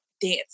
dance